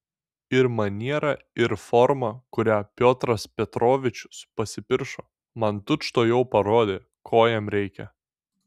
ir maniera ir forma kuria piotras petrovičius pasipiršo man tučtuojau parodė ko jam reikia